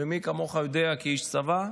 ומי כמוך יודע, כאיש צבא לשעבר,